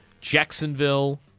Jacksonville